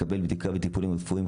לקבל בדיקה וטיפולים רפואיים.